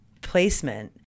placement